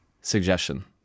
suggestion